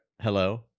hello